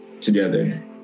together